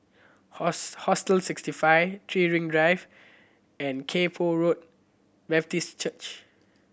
Hostel Sixty Five Three Ring Drive and Kay Poh Road Baptist Church